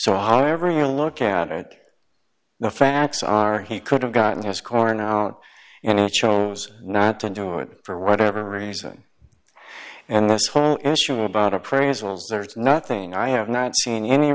so however you look at it the facts are he could have gotten his corn out and chose not to do it for whatever reason and this whole issue about appraisals there is nothing i have not seen any